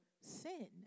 sin